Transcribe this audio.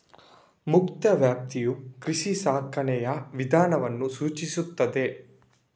ಮುಕ್ತ ವ್ಯಾಪ್ತಿಯು ಕೃಷಿ ಸಾಕಾಣಿಕೆಯ ವಿಧಾನವನ್ನು ಸೂಚಿಸುತ್ತದೆ